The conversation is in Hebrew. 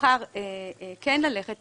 תבחר ללכת